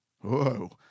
Whoa